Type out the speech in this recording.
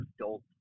adult